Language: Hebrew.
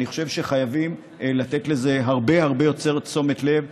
אני חושב שחייבים לתת לזה הרבה הרבה יותר תשומת לב,